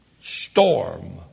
storm